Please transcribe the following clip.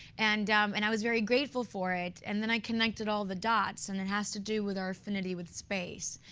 and um and i was very grateful for it. and then i connected all the dots. and it has to do with our affinity with space.